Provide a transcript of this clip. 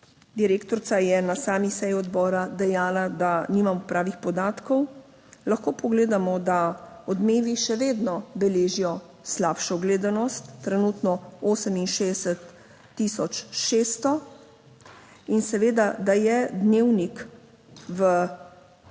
direktorica je na sami seji odbora dejala, da nimamo pravih podatkov, lahko pogledamo, da Odmevi še vedno beležijo slabšo gledanost trenutno 68 tisoč 600 in seveda, da je Dnevnik v obdobju